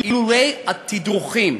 אילולא התדרוכים,